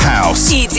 House